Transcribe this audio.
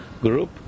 group